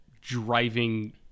driving